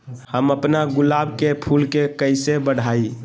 हम अपना गुलाब के फूल के कईसे बढ़ाई?